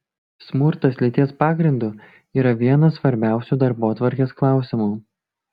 smurtas lyties pagrindu yra vienas svarbiausių darbotvarkės klausimų